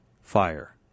fire